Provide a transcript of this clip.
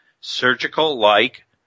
surgical-like